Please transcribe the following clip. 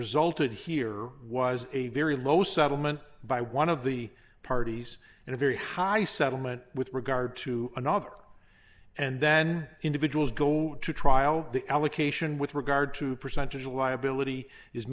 resulted here was a very low settlement by one of the parties and a very high settlement with regard to another and then individuals go to trial the allocation with regard to percentage liability is